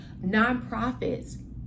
nonprofits